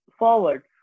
forward